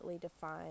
defined